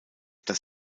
dass